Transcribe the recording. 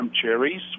cherries